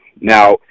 Now